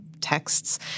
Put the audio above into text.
texts